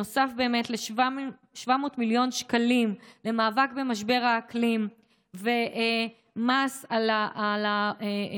נוסף באמת ל-700 מיליון שקלים למאבק במשבר האקלים ומס על הפחמן,